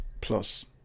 plus